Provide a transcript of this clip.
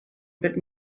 but